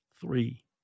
three